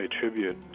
tribute